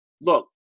look